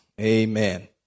Amen